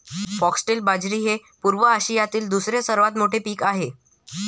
foxtail बाजरी हे पूर्व आशियातील दुसरे सर्वात मोठे पीक आहे